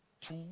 two